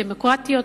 דמוקרטיות,